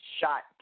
shot